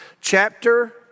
Chapter